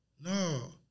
no